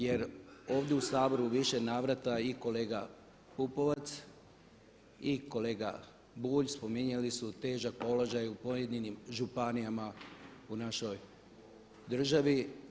Jer ovdje u Saboru u više navrata i kolega Pupovac i kolega Bulj spominjali su težak položaj u pojedinim županijama u našoj državi.